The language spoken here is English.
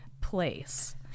place